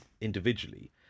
individually